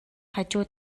хажуу